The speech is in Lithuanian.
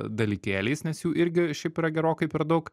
dalykėliais nes jų irgi šiaip yra gerokai per daug